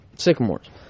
sycamores